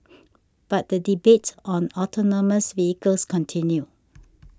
but the debate on autonomous vehicles continue